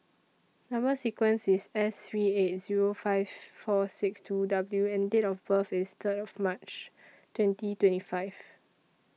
Number sequence IS S three eight Zero five four six two W and Date of birth IS Third of March twenty twenty five